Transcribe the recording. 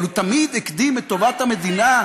אבל הוא תמיד הקדים את טובת המדינה,